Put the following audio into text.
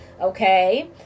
Okay